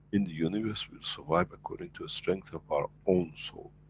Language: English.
in the universe, we'll survive according to the strength of our own soul,